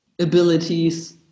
abilities